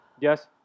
Yes